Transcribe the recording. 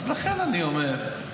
אז לכן אני אומר,